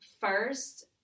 first